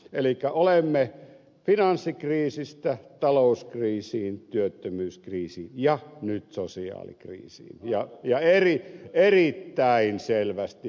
elikkä olemme menossa finanssikriisistä talouskriisiin työttömyyskriisiin ja nyt sosiaalikriisiin erittäin selvästi